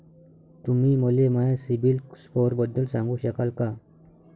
तुम्ही मले माया सीबील स्कोअरबद्दल सांगू शकाल का?